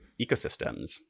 ecosystems